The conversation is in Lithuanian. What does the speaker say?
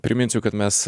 priminsiu kad mes